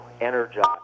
energized